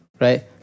right